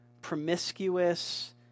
promiscuous